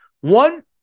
One